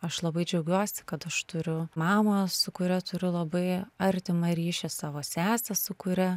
aš labai džiaugiuosi kad aš turiu mamą su kuria turiu labai artimą ryšį savo sesę su kuria